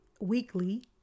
weekly